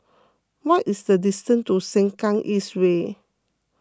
what is the distance to Sengkang East Way